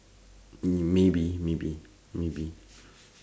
mm maybe maybe maybe